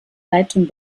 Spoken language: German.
leitung